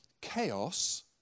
chaos